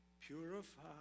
Purify